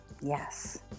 Yes